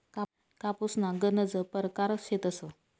कापूसना गनज परकार शेतस